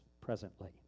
presently